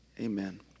Amen